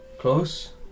Close